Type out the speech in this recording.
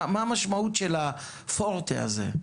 מה המשמעות של הפורטה הזה?